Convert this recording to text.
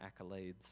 accolades